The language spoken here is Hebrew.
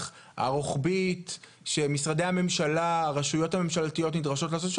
הרוחבית שהרשויות הממשלתיות נדרשות לעשות.